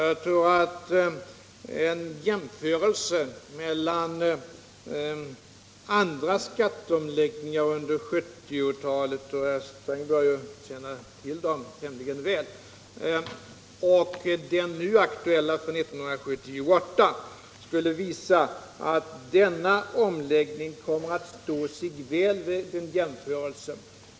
Jag tror att en jämförelse mellan andra skatteomläggningar under 1970-talet — herr Sträng bör känna till dem tämligen väl — och den nu aktuella för 1978 skulle visa att denna omläggning kommer att stå sig gott.